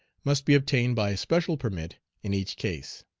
must be obtained by special permit in each case.